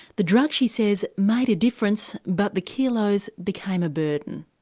the drug, she says, made a difference but the kilos became a burden.